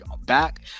back